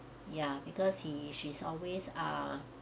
ya because he she's always ah